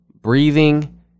breathing